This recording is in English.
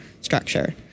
structure